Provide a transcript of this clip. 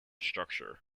structure